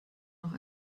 noch